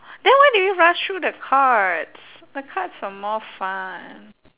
then why did we rush through the cards the cards are more fun